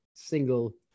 Single